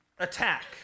attack